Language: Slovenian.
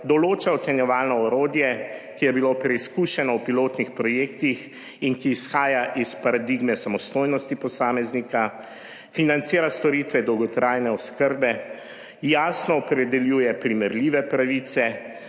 določa ocenjevalno orodje, ki je bilo preizkušeno v pilotnih projektih in ki izhaja iz paradigme samostojnosti posameznika, financira storitve dolgotrajne oskrbe, jasno opredeljuje primerljive pravice